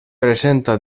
presenta